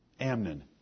Amnon